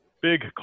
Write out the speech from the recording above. big